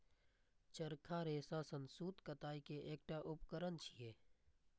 चरखा रेशा सं सूत कताइ के एकटा उपकरण छियै